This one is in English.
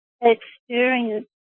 experience